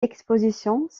expositions